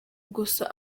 gusa